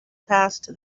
past